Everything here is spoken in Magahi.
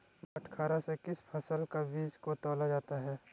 बटखरा से किस फसल के बीज को तौला जाता है?